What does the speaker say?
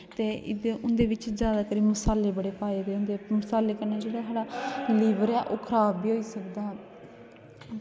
ते उंदे बिच जादैतर मसाले बड़े पाए दे होंदे मसाले कन्नै जेह्ड़ा साढ़ा लीवर ऐ ओह् खराब बी होई सकदा